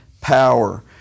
power